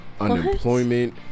unemployment